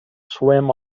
swim